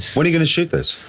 when are you gonna shoot this?